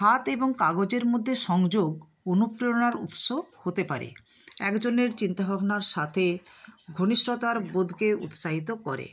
হাত এবং কাগজের মদ্যে সংযোগ অনুপ্রেরণার উৎস হতে পারে একজনের চিন্তা ভাবনার সাথে ঘনিষ্ঠতার বোধকে উৎসাহিত করে